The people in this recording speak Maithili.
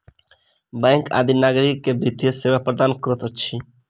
बैंक आदि नागरिक के वित्तीय सेवा प्रदान करैत अछि